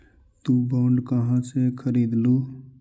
तु बॉन्ड कहा से खरीदलू?